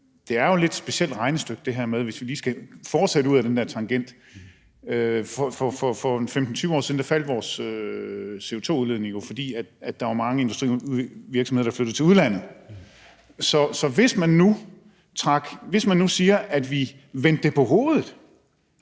her er jo et lidt specielt regnestykke – hvis vi lige skal fortsætte ud ad den der tangent. For en 15-20 år siden faldt vores CO2-udledning jo, fordi der var mange virksomheder, der flyttede til udlandet. Så hvis man nu sagde, at vi vendte det på hovedet